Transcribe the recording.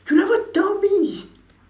you never tell me